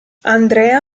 andrea